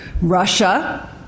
Russia